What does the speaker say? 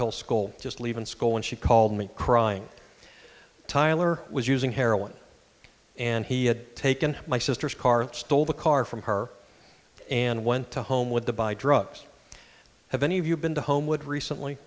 hill school just leaving school and she called me crying tyler was using heroin and he had taken my sister's car stole the car from her and went to home with the buy drugs have any of you been to homewood recently